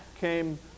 came